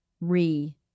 re